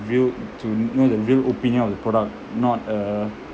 real to know the real opinion of the product not uh